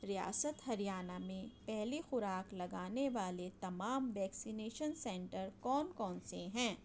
ریاست ہریانہ میں پہلی خوراک لگانے والے تمام ویکسینیشن سنٹر کون کون سے ہیں